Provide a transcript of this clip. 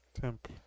temp